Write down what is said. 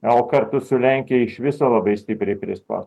o kartu su lenkija iš viso labai stipriai prispaus